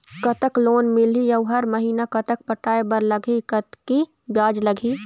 कतक लोन मिलही अऊ हर महीना कतक पटाए बर लगही, कतकी ब्याज लगही?